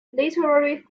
literary